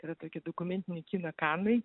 yra tokie dokumentiniai kino kanai